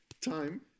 time